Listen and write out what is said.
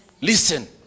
Listen